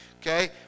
Okay